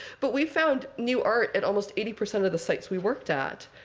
but we found new art at almost eighty percent of the sites we worked at.